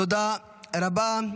תודה רבה.